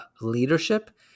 leadership